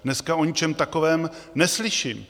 Dneska o ničem takovém neslyším.